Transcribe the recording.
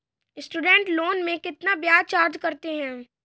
Student loan में कितना ब्याज चार्ज करते हैं?